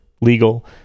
legal